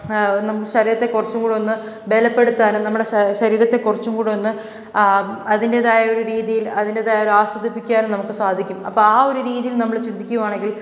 ശരീരത്തെ കുറച്ചും കൂടെ ഒന്ന് ബലപ്പെടുത്താനും നമ്മുടെ ശരീരത്തെ കുറച്ചും കൂടെ ഒന്ന് അതിൻ്റേതായ ഒരു രീതിയിൽ അതിൻ്റേതായ ഒരു ആസ്വദിപ്പിക്കാൻ നമുക്ക് സാധിക്കും അപ്പം ആ ഒരു രീതിയിൽ നമ്മൾ ചിന്തിക്കുകയാണെങ്കിൽ